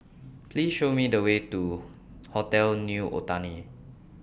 Please Show Me The Way to Hotel New Otani